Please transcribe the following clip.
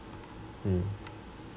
mm